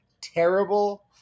terrible